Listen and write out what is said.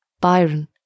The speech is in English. Byron